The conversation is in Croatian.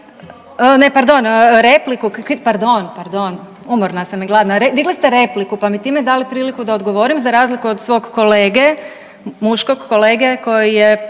pardon, repliku, pardon, pardon, umorna sam i gladna, digli ste repliku, pa mi time dali priliku da odgovorim za razliku od svog kolege, muškog kolege koji je